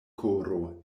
koro